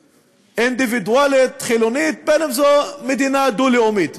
אינדיבידואלית, חילונית, ואם מדינה דו-לאומית.